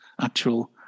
actual